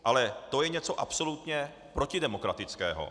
Ale to je něco absolutně protidemokratického.